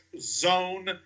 zone